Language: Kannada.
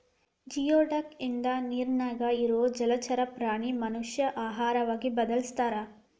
ಜಿಯೊಡಕ್ ಇದ ನೇರಿನ್ಯಾಗ ಇರು ಜಲಚರ ಪ್ರಾಣಿ ಮನಷ್ಯಾ ಆಹಾರವಾಗಿ ಬಳಸತಾರ